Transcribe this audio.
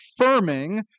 affirming